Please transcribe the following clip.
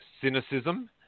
cynicism